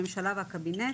הממשלה והקבינט